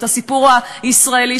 את הסיפור הישראלי,